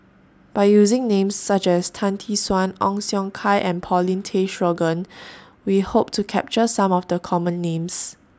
By using Names such as Tan Tee Suan Ong Siong Kai and Paulin Tay Straughan We Hope to capture Some of The Common Names